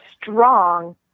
strong